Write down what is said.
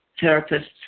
therapist's